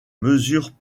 mesures